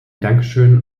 dankeschön